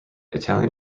italian